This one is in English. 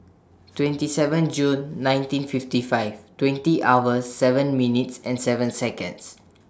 twenty seven June nineteen fifty five twenty hours seven minutes and seven Seconds